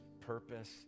purpose